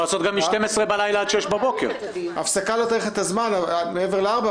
לעשות גם מ-24:00 עד 06:00. -- הפסקה לא תאריך את הזמן מעבר ל-16:00,